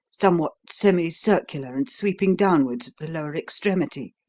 somewhat semi-circular, and sweeping downwards at the lower extremity.